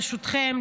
ברשותכם,